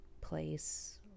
place